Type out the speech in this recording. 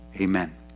amen